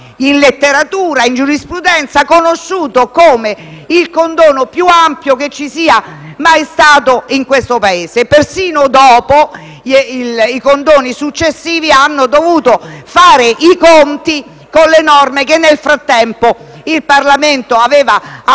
in letteratura e in giurisprudenza, come il più ampio che ci sia mai stato in questo Paese. Persino i condoni successivi hanno dovuto fare i conti con le norme che nel frattempo il Parlamento aveva approvato